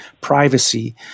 privacy